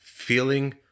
Feeling